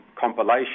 compilation